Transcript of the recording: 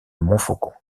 montfaucon